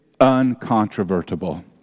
uncontrovertible